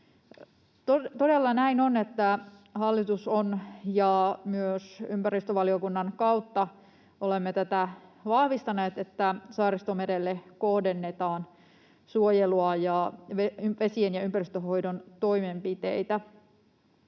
Todella näin on, että hallitus on ja myös ympäristövaliokunnan kautta olemme vahvistaneet sitä, että Saaristomerelle kohdennetaan suojelua ja vesien- ja ympäristönhoidon toimenpiteitä,